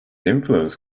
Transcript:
influence